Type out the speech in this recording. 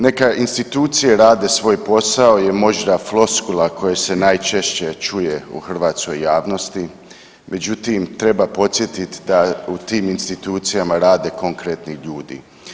Neka institucije rade svoj posao je možda floskula koja se najčešće čuje u hrvatskoj javnosti, međutim treba podsjetiti da u tim institucijama rade konkretni ljudi.